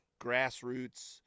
grassroots